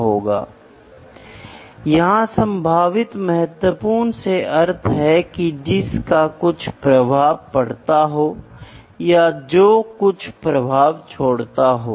इसलिए माप की आवश्यकता शोध और विकास के लिए मौलिक आधार प्रदान करता है मैं पहले ही चर्चा कर चुका हूं